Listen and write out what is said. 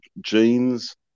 jeans